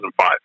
2005